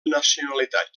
nacionalitat